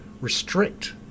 restrict